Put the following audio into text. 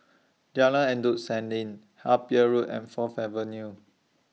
Jalan Endut Senin Harper Road and Fourth Avenue